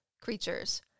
creatures